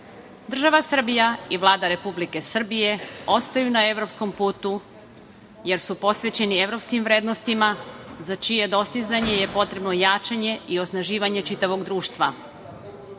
EU.Država Srbija i Vlada Republike Srbije ostaju na evropskom putu, jer su posvećeni evropskim vrednostima, za čije dostizanje je potrebno jačanje i osnaživanje čitavog društva,